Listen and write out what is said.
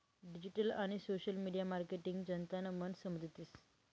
digital आणि social media marketing जनतानं मन समजतीस